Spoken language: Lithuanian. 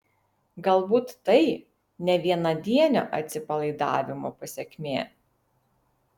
galbūt tai ne vienadienio atsipalaidavimo pasekmė